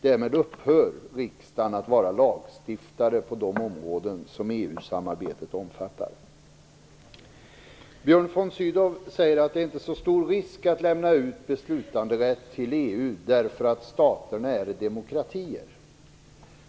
Därmed upphör riksdagen att vara lagstiftare på de områden som EU-samarbetet omfattar. Björn von Sydow säger att det inte är så stor risk att lämna över beslutanderätt till EU eftersom staterna där är demokratier.